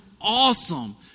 awesome